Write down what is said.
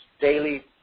daily